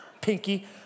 pinky